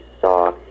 saw